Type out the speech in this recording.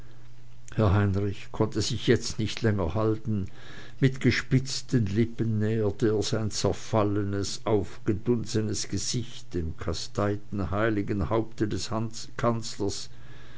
herr heinrich konnte sich jetzt nicht länger halten mit gespitzten lippen näherte er sein zerfallenes aufgedunsenes angesicht dem kasteiten heiligen haupte des